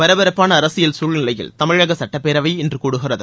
பரபரப்பான அரசியல் சூழ்நிலையில் தமிழக சட்டப்பேரவை இன்று கூடுகிறது